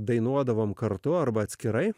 dainuodavome kartu arba atskirai